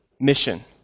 mission